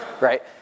Right